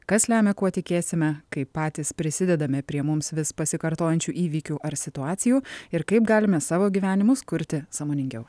kas lemia kuo tikėsime kaip patys prisidedame prie mums vis pasikartojančių įvykių ar situacijų ir kaip galime savo gyvenimus kurti sąmoningiau